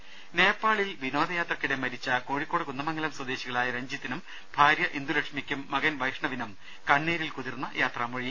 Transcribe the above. ് നേപ്പാളിൽ വിനോദയാത്രക്കിടെ മരിച്ച കോഴിക്കോട് കുന്ദമംഗലം സ്വദേശികളായ രഞ്ജിത്തിനും ഭാരൃ ഇന്ദുലക്ഷ്മിക്കും മകൻ വൈഷ്ണവിനും കണ്ണീരിൽ കുതിർന്ന യാത്രാമൊഴി